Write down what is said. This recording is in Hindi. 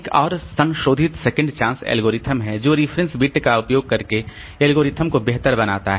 एक और संशोधित सेकंड चांस एल्गोरिथ्म है जो रेफरेंस बिट का उपयोग करके एल्गोरिदम को बेहतर बनाता है